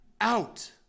out